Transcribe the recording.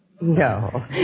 No